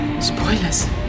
Spoilers